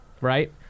right